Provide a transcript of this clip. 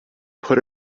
put